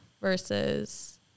versus